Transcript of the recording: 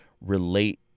relate